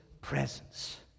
presence